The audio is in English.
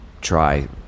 try